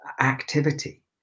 activity